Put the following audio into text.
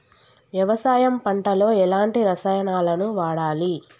వ్యవసాయం పంట లో ఎలాంటి రసాయనాలను వాడాలి?